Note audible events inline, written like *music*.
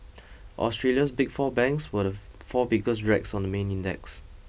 Australia's Big Four banks were the *unintelligible* four biggest drags on the main index